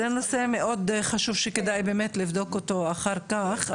זה נושא מאוד חשוב שכדאי באמת לבדוק אותו אחר כך,